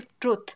truth